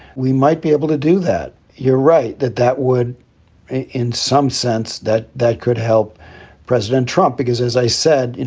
we might be able to do that. you're right that that would in some sense that that could help president trump, because as i said, you